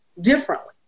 differently